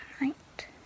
right